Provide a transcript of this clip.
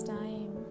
time